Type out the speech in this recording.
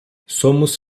somos